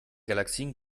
galaxien